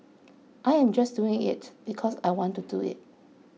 I am just doing it because I want to do it